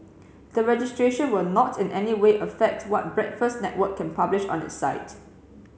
the registration will not in any way affect what Breakfast Network can publish on its site